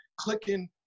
clicking